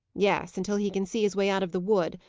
yes until he can see his way out of the wood.